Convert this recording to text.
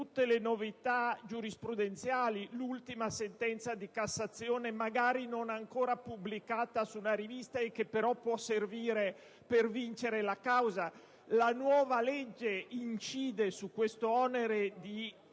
tutte le novità giurisprudenziali, come l'ultima sentenza di Cassazione, magari non ancora pubblicata su una rivista e che, però, può servire per vincere la causa. La novità legislativa incide su questo onere di